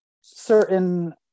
certain